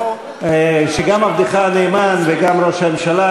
שגם עבדך הנאמן וגם ראש הממשלה,